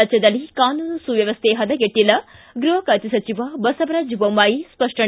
ರಾಜ್ಯದಲ್ಲಿ ಕಾನೂನು ಸುವ್ಕವಸ್ಥೆ ಹದಗೆಟ್ಟಲ್ಲ ಗೃಹ ಖಾತೆ ಸಚಿವ ಬಸವರಾಜ ಬೊಮ್ಮಾಯಿ ಸ್ಪಷ್ಟನೆ